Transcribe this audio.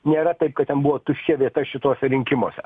nėra taip kad ten buvo tuščia vieta šituose rinkimuose